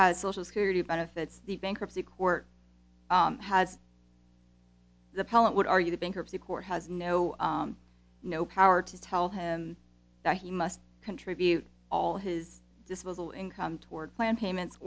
has social security benefits the bankruptcy court has the public would argue the bankruptcy court has no no power to tell him that he must contribute all his disposal income toward planned payments